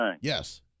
Yes